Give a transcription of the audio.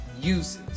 uses